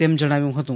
એમ જણાવ્યું હતું